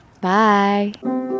Bye